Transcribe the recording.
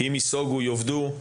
כי אם ייסוגו יאבדו.